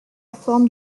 forme